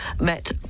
met